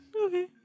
Okay